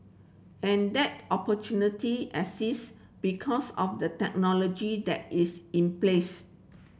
and that opportunity exists because of the technology that is in place